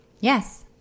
yes